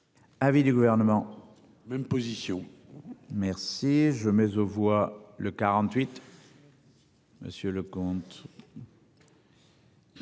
Avis du gouvernement. Même position merci je mais aux voix le 48. Monsieur le comte.